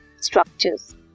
structures